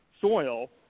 soil